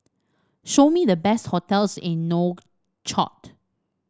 show me the best hotels in Nouakchott